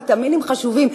ויטמינים חשובים,